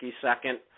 second